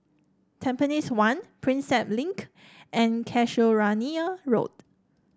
Tampines one Prinsep Link and Casuarina Road